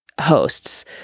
hosts